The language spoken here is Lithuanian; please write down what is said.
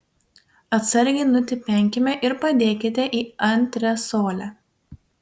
atsargiai nutipenkime ir padėkite į antresolę